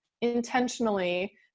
intentionally